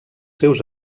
seus